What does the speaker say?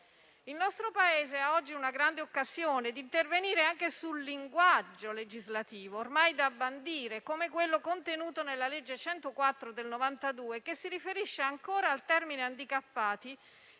Il nostro Paese ha oggi una grande occasione: intervenire anche sul linguaggio legislativo - ormai da bandire - come quello contenuto nella legge n. 104 del 1992, che si riferisce ancora al termine handicappati